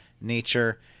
nature